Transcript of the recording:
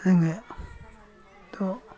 जोङोथ'